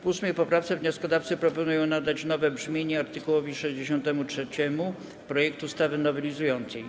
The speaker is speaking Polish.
W 8. poprawce wnioskodawcy proponują nadać nowe brzmienie art. 63 projektu ustawy nowelizującej.